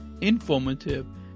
informative